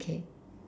okay